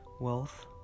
wealth